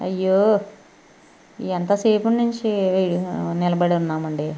అయ్యో ఎంతసేపటి నుంచి నిలబడి ఉన్నాం అండి